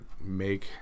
make